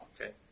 Okay